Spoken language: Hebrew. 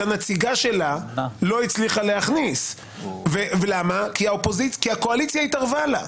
את הנציגה שלה לא הצליחה להכניס כי הקואליציה התערבה לה.